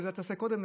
ואת זה תעשה קודם,